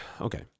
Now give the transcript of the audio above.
okay